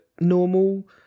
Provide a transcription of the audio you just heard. normal